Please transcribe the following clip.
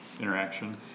interaction